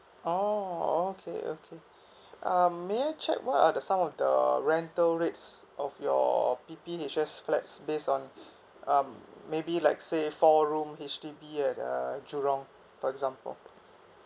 oh okay okay um may I check what are the some of the rental rates of your P_P_H_S flats based on um maybe like say four room H_D_B at uh jurong for example